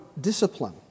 discipline